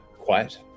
quiet